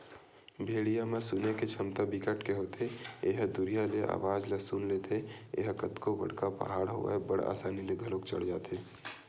भेड़िया म सुने के छमता बिकट के होथे ए ह दुरिहा ले अवाज ल सुन लेथे, ए ह कतको बड़का पहाड़ होवय बड़ असानी ले चढ़ घलोक जाथे